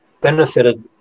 benefited